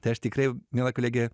tai aš tikrai miela kolege